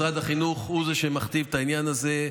משרד החינוך הוא זה שמכתיב את העניין הזה,